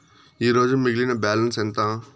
ఈరోజు మిగిలిన బ్యాలెన్స్ ఎంత?